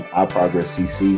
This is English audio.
iprogresscc